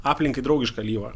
aplinkai draugišką alyvą